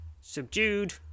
Subdued